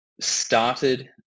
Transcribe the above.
started